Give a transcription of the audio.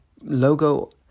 logo